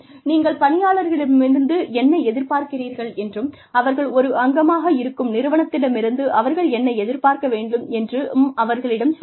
நீங்கள் பணியாளர்களிடமிருந்து என்ன எதிர்பார்க்கிறீர்கள் என்றும் அவர்கள் ஒரு அங்கமாக இருக்கும் நிறுவனத்திடமிருந்து அவர்கள் என்ன எதிர்பார்க்க வேண்டும் என்றும் அவர்களிடம் சொல்லுங்கள்